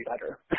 better